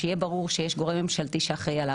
שיהיה ברור שיש גורם ממשלתי שאחראי עליו,